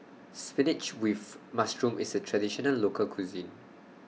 Spinach with Mushroom IS A Traditional Local Cuisine